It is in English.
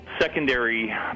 secondary